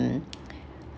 mm